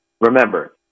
Remember